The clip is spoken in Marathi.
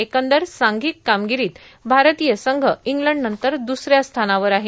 एकंदर सांघीक कामगित भारतीय संघ इंग्लंडनंतर द्सऱ्या स्थानावर आहे